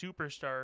superstar